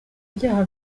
byaha